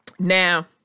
Now